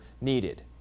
needed